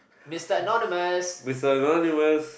Mister Anonymous